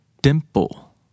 Dimple